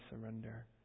surrender